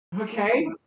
Okay